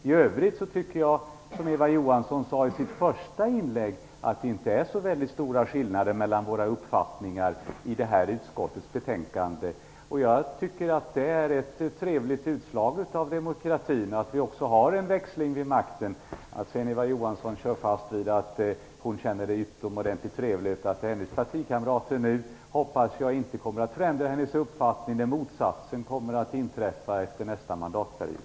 I övrigt tycker jag, som Eva Johansson sade i sitt första inlägg, att det inte är så väldigt stora skillnader mellan våra uppfattningar i utskottets betänkande. Det är ett trevligt utslag av demokratin att vi har en växling vid makten. Att sedan Eva Johansson tycker att det är utomordentligt trevligt att det är hennes partikamrater som nu är vid makten hoppas jag inte kommer att förändra hennes uppfattning när motsatsen kommer att inträffa efter denna mandatperiod.